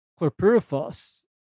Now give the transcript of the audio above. chlorpyrifos